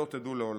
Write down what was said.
שלא תדעו לעולם.